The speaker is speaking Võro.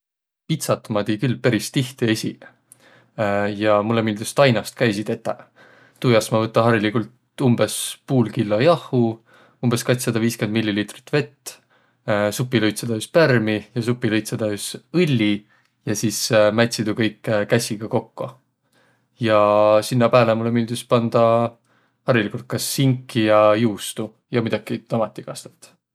Pitsat ma tii külh peris tihti esiq. Ja mullõ miildüs taibast ka esiq tetäq. Tuu jaos ma võta hariligult umbõs puul killo jahhu, umbõs katssada viiskümmend milliliitrit vett, suipiluitsatäüs pärmi ja supiluitsatäüs õlli ja sis mätsi tuu kõik kässiga kokko. Ja sinnäq pääle mullõ milldüs pandaq hariligult kas sinki ja juustu ja muidoki tomatikastõt.